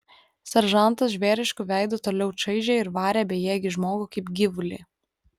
seržantas žvėrišku veidu toliau čaižė ir varė bejėgį žmogų kaip gyvulį